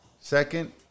Second